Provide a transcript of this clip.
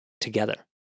together